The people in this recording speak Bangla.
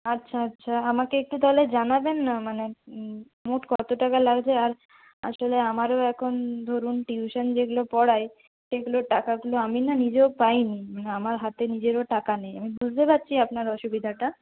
আচ্ছা আচ্ছা আমাকে একটু তাহলে জানাবেন না মানে মোট কত টাকা লাগছে আর আসলে আমারও এখন ধরুন টিউশন যেগুলো পড়াই সেগুলোর টাকাগুলো আমি না নিজেও পাইনি মানে আমার হাতে নিজেরও টাকা নেই আমি বুঝতে পারছি আপনার অসুবিধাটা